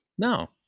No